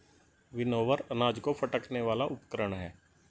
winnower अनाज को फटकने वाला उपकरण है